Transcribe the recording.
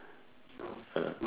ah